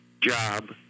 Job